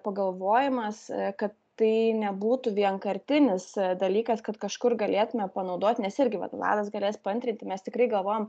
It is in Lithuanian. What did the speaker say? pagalvojimas kad tai nebūtų vienkartinis dalykas kad kažkur galėtume panaudoti nes irgi vat vladas galės paantrinti mes tikrai galvojam